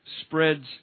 spreads